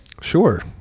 Sure